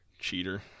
Cheater